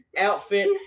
outfit